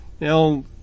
Now